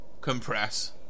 compress